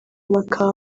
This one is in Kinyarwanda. bakaba